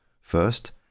First